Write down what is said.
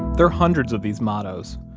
there are hundreds of these mottos.